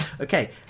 okay